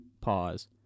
Pause